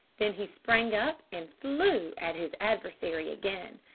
than he sprang up and flew at his adversary again.